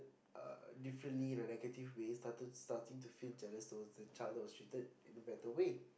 uh differently in a negative way started starting to feel jealous towards the child who was treated in a better way